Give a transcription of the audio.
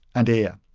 and air.